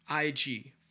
IG